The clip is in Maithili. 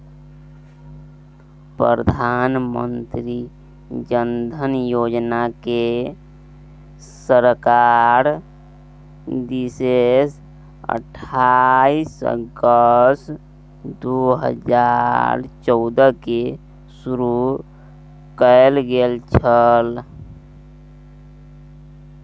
प्रधानमंत्री जन धन योजनाकेँ सरकारक दिससँ अट्ठाईस अगस्त दू हजार चौदहकेँ शुरू कैल गेल छल